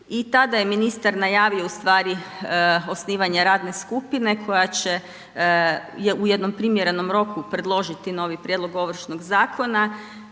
I tada je ministar najavio osnivanje radne skupine koja će u jednom primjerenom roku predložiti novi prijedlog ovršnog zakona